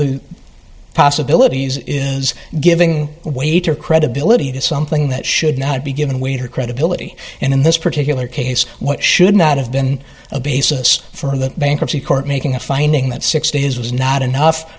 the possibilities is giving way to a credibility to something that should not be given weight or credibility in this particular case what should not have been a basis for the bankruptcy court making a finding that sixty days was not enough